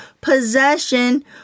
possession